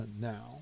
now